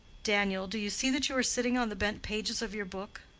daniel, do you see that you are sitting on the bent pages of your book?